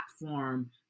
platform